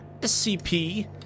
SCP